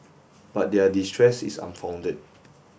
but their distress is unfounded